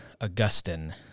Augustine